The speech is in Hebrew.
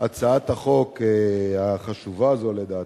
הצעת החוק החשובה הזאת, לדעתי,